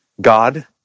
God